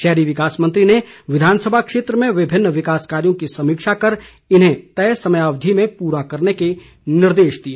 शहरी विकास मंत्री ने विधानसभा क्षेत्र में विभिन्न विकास कार्यों की समीक्षा कर इन्हें तय समयावधि में पूरा करने के निर्देश दिए